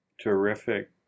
terrific